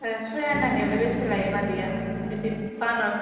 ए सय आनानियावलाय बेसे लायो मादैया बिदि बानस